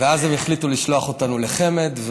ואז הם החליטו לשלוח אותנו לחמ"ד,